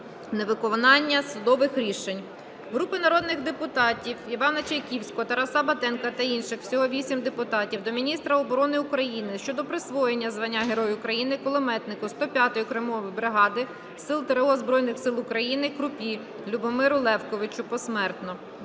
невиконання судових рішень. Групи народних депутатів (Івана Чайківського, Тараса Батенка та інших. Всього 8 депутатів) до міністра оборони України щодо присвоєння звання Герой України кулеметнику 105-ї окремої бригади Сил ТрО Збройних Сил України Крупі Любомиру Левковичу (посмертно);